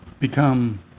become